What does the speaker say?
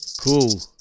Cool